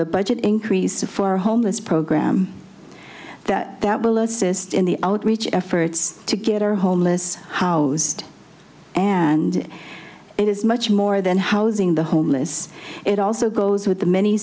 the budget increase for our homeless program that will assist in the outreach efforts to get our homeless how and it is much more than housing the homeless it also goes with the many